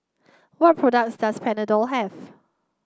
what products does Panadol have